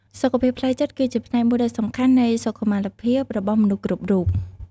សុខភាពផ្លូវចិត្តគឺជាផ្នែកមួយដ៏សំខាន់នៃសុខុមាលភាពរបស់មនុស្សគ្រប់រូប។